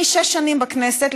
אני שש שנים בכנסת,